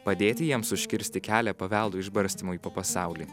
padėti jiems užkirsti kelią paveldo išbarstymui po pasaulį